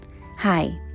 Hi